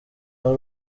ari